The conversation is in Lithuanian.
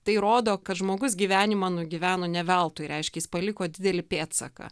tai rodo kad žmogus gyvenimą nugyveno ne veltui reiškia jis paliko didelį pėdsaką